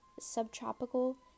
subtropical